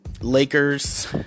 Lakers